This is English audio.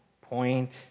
point